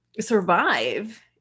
survive